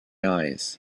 eyes